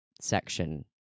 section